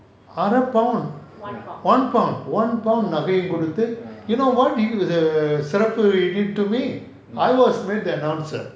ஆற பொண் ஒன்னு பொண் ஒன்னு பொண் நெகயும் குடுத்து:aara ponn onu ponn onu ponn negayum kuduthu you know [what] சிறப்பு:sirappu he did to me I was with an answer